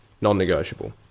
non-negotiable